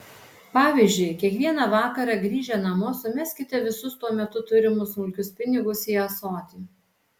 pavyzdžiui kiekvieną vakarą grįžę namo sumeskite visus tuo metu turimus smulkius pinigus į ąsotį